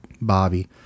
Bobby